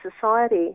society